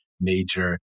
major